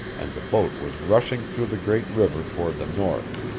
and the boat was rushing through the great river toward the north.